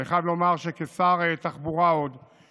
אני חייב לומר שעוד כשר התחבורה אישרתי